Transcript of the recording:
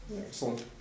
Excellent